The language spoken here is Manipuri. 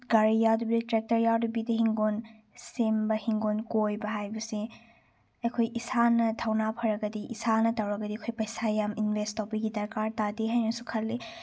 ꯒꯥꯔꯤ ꯌꯥꯎꯗꯕꯤꯗ ꯇ꯭ꯔꯦꯛꯇꯔ ꯌꯥꯎꯗꯕꯤꯗ ꯍꯤꯡꯒꯣꯟ ꯁꯦꯝꯕ ꯍꯤꯡꯒꯣꯟ ꯀꯣꯏꯕ ꯍꯥꯏꯕꯁꯤ ꯑꯩꯈꯣꯏ ꯏꯁꯥꯅ ꯊꯧꯅꯥ ꯐꯔꯒꯗꯤ ꯏꯁꯥꯅ ꯇꯧꯔꯒꯗꯤ ꯑꯩꯈꯣꯏ ꯄꯩꯁꯥ ꯌꯥꯝ ꯏꯟꯚꯦꯁ ꯇꯧꯕꯒꯤ ꯗꯔꯀꯥꯔ ꯇꯥꯗꯦ ꯍꯥꯏꯅꯁꯨ ꯈꯜꯂꯤ